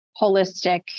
holistic